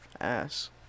ass